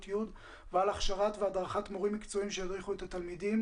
י' ועל הכשרת והדרכת מורים מקצועיים שידריכו את התלמידים